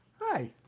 Hi